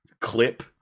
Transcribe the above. clip